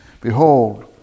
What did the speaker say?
Behold